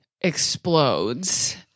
explodes